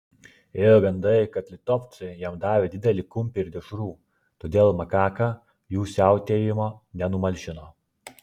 ėjo gandai kad litovcai jam davė didelį kumpį ir dešrų todėl makaka jų siautėjimo nenumalšino